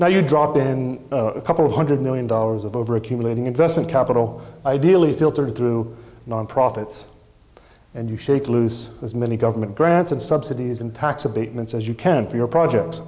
now you drop in a couple of hundred million dollars of over accumulating investment capital ideally filtered through non profits and you shake loose as many government grants and subsidies and tax abatements as you can for your projects